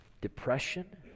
depression